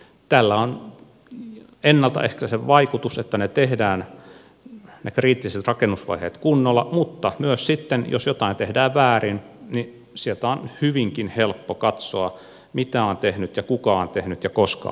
tällä on ennalta ehkäisevä vaikutus että tehdään ne kriittiset rakennusvaiheet kunnolla mutta myös sitten jos jotain tehdään väärin sieltä on hyvinkin helppo katsoa mitä on tehty ja kuka on tehnyt ja koska on tehnyt